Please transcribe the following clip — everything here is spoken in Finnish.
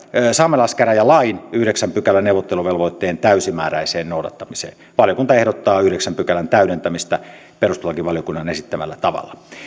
saamelaiskäräjälain yhdeksännen pykälän neuvotteluvelvoitteen täysimääräiseen noudattamiseen valiokunta ehdottaa yhdeksännen pykälän täydentämistä perustuslakivaliokunnan esittämällä tavalla